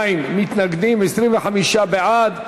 52 מתנגדים, 25 בעד.